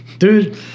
Dude